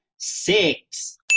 Six